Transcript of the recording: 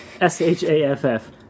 S-H-A-F-F